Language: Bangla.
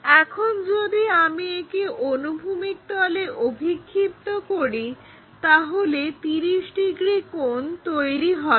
এখন যদি আমি একে অনুভূমিক তলে অভিক্ষিপ্ত করি তাহলে 30 ডিগ্রি কোণ তৈরি হবে